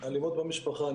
אלימות במשפחה,